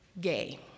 gay